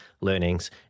learnings